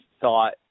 thought